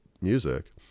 music